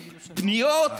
פניות,